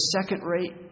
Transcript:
second-rate